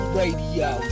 Radio